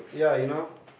yeah you know